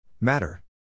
Matter